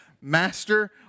Master